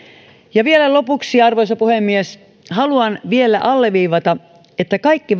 ja vielä lopuksi arvoisa puhemies haluan alleviivata että kaikki